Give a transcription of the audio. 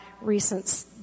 recent